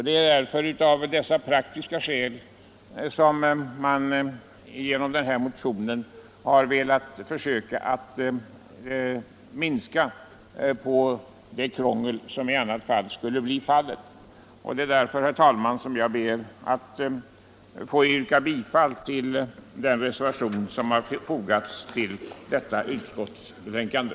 Det är dessa praktiska skäl som gjort att man genom denna motion velat minska detta krångel. Det är också därför som jag yrkar bifall till den reservation som fogats till utskottets betänkande.